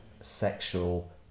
sexual